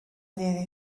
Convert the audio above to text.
ddydd